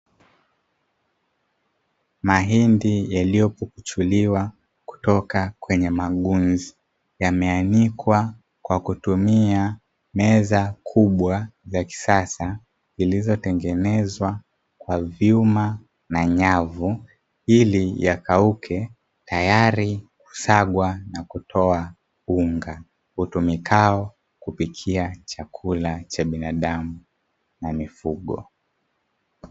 Mahindi yaliyopukuchuliwa kutoka kwenye magunzi yameanikwa kwa kutumia meza kubwa ya kisasa zilizotengenezwa kwa vyuma na nyavu ili yakaauke tayari kusagwa na kutoa unga, utumikao kupikia chakula cha binadamu na mifugo.